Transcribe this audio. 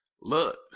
look